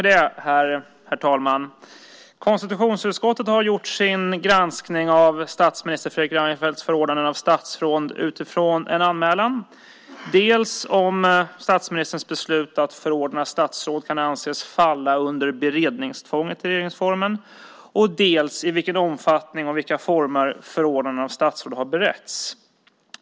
Herr talman! Konstitutionsutskottet har gjort sin granskning av statsminister Fredrik Reinfeldts förordnanden av statsråd utifrån en anmälan dels om huruvida statsministerns beslut att förordna statsråd kan anses falla under beredningstvånget i regeringsformen, dels om i vilken omfattning och i vilka former förordnanden av statsråd har skett.